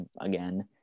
again